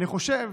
אני חושב